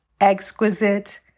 exquisite